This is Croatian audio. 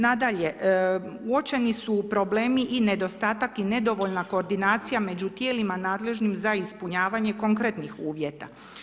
Nadalje, uočeni su problemi i nedostatak i nedovoljna koordinacija među tijelima nadležnim za ispunjavanje konkretnih uvjeta.